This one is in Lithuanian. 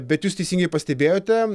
bet jūs teisingai pastebėjote